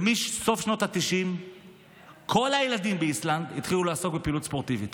ומסוף שנות התשעים כל הילדים באיסלנד התחילו לעסוק בפעילות ספורטיבית.